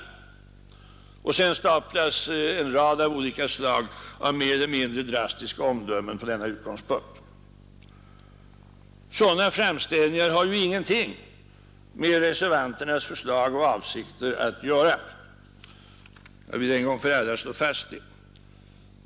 Från denna utgångspunkt har sedan staplats upp en rad av olika, mer eller mindre drastiska omdömen. Sådana framställningar har ju ingenting med reservanternas förslag och avsikter att göra. Jag vill en gång för alla slå fast detta.